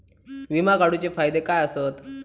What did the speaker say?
विमा काढूचे फायदे काय आसत?